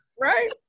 right